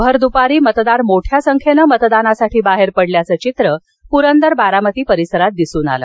भर दुपारी मतदार मोठया संख्येने मतदानासाठी बाहेर पडल्याचं चित्र परंदर बारामती परिसरात दिसन आलं